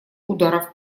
ударов